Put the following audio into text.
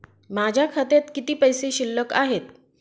माझ्या खात्यात किती पैसे शिल्लक आहेत?